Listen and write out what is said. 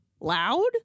loud